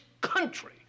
country